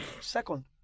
second